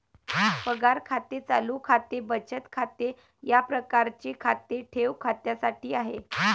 पगार खाते चालू खाते बचत खाते या प्रकारचे खाते ठेव खात्यासाठी आहे